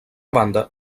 banda